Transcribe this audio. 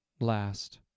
last